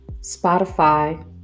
Spotify